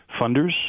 funders